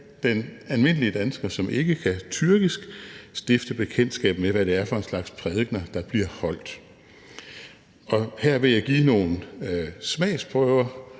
den almindelige dansker, som ikke kan tyrkisk, stifte bekendtskab med, hvad det er for en slags prædikener, der bliver holdt. Her vil jeg give nogle smagsprøver,